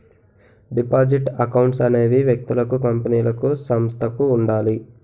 deposit accounts అనేవి వ్యక్తులకు కంపెనీలకు సంస్థలకు ఉండాలి